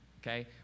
Okay